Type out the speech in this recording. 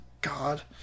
God